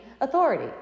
authority